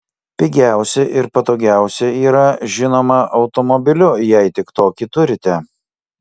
pigiausia ir patogiausia yra žinoma automobiliu jei tik tokį turite